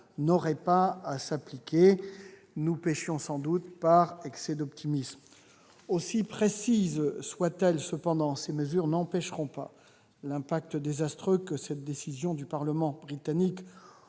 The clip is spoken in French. n'auraient pas à s'appliquer. Nous péchions sans doute par excès d'optimisme. Aussi précises soient-elles, ces mesures n'empêcheront cependant pas l'impact désastreux que la décision du Parlement britannique